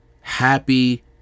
happy